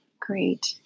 Great